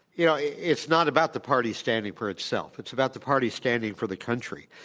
you know, it's not about the party standing for itself. it's about the party standing for the country.